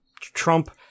Trump-